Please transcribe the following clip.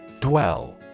Dwell